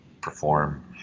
perform